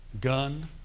gun